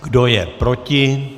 Kdo je proti?